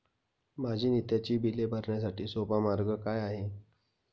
माझी नित्याची बिले भरण्यासाठी सोपा मार्ग काय आहे?